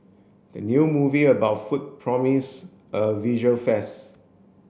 the new movie about food promise a visual